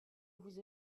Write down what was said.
vous